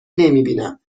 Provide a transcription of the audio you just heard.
نمیبینم